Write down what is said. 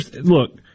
Look